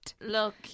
look